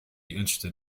interested